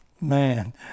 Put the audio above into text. Man